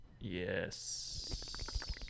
Yes